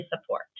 support